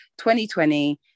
2020